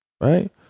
Right